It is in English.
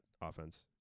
offense